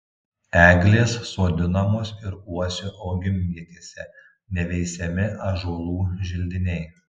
eglės sodinamos ir uosių augimvietėse neveisiami ąžuolų želdiniai